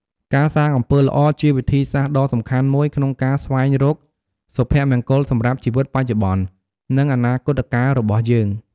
ការសាងអំពើល្អ ជាវិធីសាស្ត្រដ៏សំខាន់មួយក្នុងការស្វែងរកសុភមង្គលសម្រាប់ជីវិតបច្ចុប្បន្ន និងអនាគតកាលរបស់យើង។